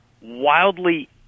wildly